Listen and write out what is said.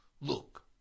look